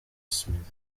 smith